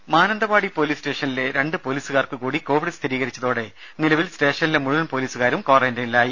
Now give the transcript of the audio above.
രുമ മാനന്തവാടി പൊലീസ് സ്റ്റേഷനിലെ രണ്ട് പൊലീസുകാർക്ക് കൂടി കോവിഡ് സ്ഥിരീകരിച്ചതോടെ നിലവിൽ സ്റ്റേഷനിലെ മുഴുവൻ പൊലീസുകാരും ക്വാറന്റൈനിലായി